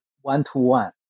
one-to-one